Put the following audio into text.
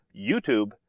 youtube